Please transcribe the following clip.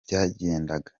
byagendaga